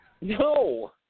No